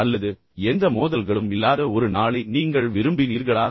அல்லது எந்த மோதல்களும் இல்லாத ஒரு நாளை நீங்கள் விரும்பினீர்களா